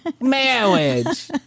Marriage